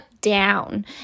down